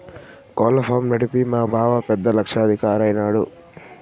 కోళ్ల ఫారం నడిపి మా బావ పెద్ద లక్షాధికారైన నాడు